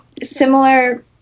similar